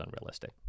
unrealistic